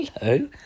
Hello